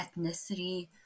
ethnicity